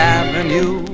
avenue